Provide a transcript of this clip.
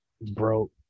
broke